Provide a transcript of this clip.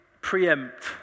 preempt